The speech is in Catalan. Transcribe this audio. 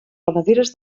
ramaderes